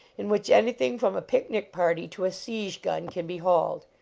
in which anything from a picnic party to a siege gun can be hauled.